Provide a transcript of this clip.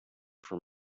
from